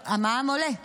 המע"מ עולה בינואר.